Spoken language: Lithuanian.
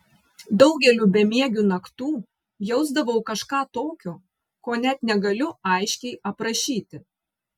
daugeliu bemiegių naktų jausdavau kažką tokio ko net negaliu aiškiai aprašyti